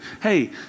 hey